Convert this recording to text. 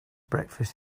breakfast